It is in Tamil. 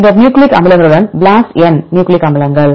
பின்னர் நியூக்ளிக் அமிலங்களுடன் BLASTn நியூக்ளிக் அமிலங்கள்